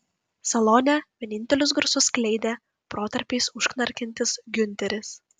salone vienintelius garsus skleidė protarpiais užknarkiantis giunteris